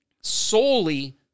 solely